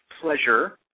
pleasure